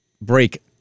break